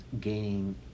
gaining